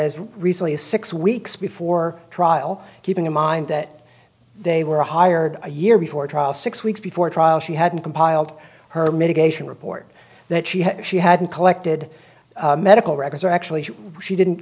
that as recently as six weeks before trial keeping in mind that they were hired a year before trial six weeks before trial she had compiled her mitigation report that she had she hadn't collected medical records or actually she didn't